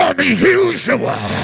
Unusual